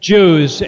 Jews